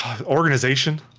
organization